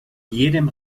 jedem